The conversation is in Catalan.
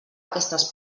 aquestes